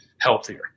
healthier